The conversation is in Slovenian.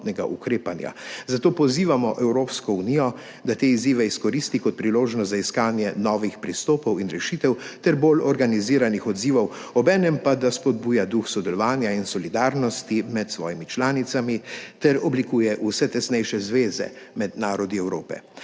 Zato pozivamo Evropsko unijo, da te izzive izkoristi kot priložnost za iskanje novih pristopov in rešitev ter bolj organiziranih odzivov, obenem pa, da spodbuja duh sodelovanja in solidarnosti med svojimi članicami ter oblikuje vse tesnejše zveze med narodi Evrope.